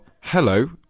hello